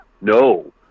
no